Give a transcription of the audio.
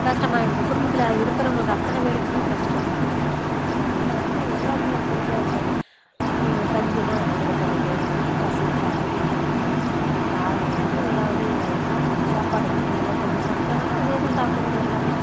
கஷ்டமாயிடுது குடும்பத்தில் இருக்கிறவங்களுக்கு அத்தனை பேருக்குமே கஷ்டம் தான் அதனால வந்து எல்லாருமே எச்சரிக்கையாக இருந்து அவங்களுக்கு கஞ்சி தான் வச்சு கொடுக்கறது ரசம் சாதம் அது மாதிரி காரம் இல்லாம ஏதாவது சாப்பாடு அவங்களுக்கு ஒருத்தவங்க சமைச்சாங்கன்னா அதேதான் சாப்பிட்டுக்கறது எல்லாருமே